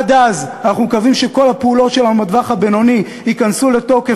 ועד אז אנחנו מקווים שכל הפעולות שלנו בטווח הבינוני ייכנסו לתוקף,